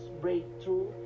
breakthrough